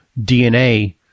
DNA